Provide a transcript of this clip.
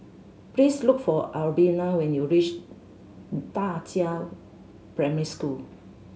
please look for Albina when you reach Da Qiao Primary School